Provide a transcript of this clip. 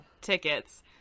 tickets